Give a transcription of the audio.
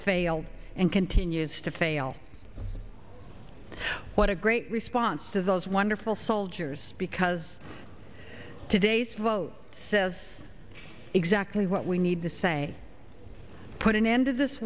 failed and continues to fail and what a great response to those wonderful soldiers because today's vote says exactly what we need to say put an end to this